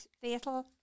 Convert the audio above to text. fatal